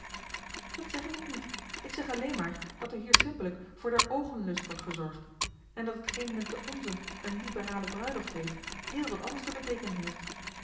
dat zeg ik ook niet ik zeg alleen maar dat er hier simpellijk voor der oogen lust wordt gezorgd en dat t geen men te onzent eene liberale bruiloft heet heel wat anders te beteekenen heeft